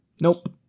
Nope